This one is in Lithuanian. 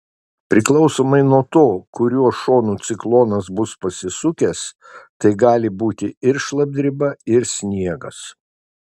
priklausomai nuo to kuriuo šonu ciklonas bus pasisukęs tai gali būti ir šlapdriba ir sniegas